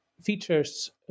features